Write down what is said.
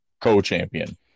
co-champion